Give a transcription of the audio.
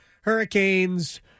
Hurricanes